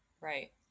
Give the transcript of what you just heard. Right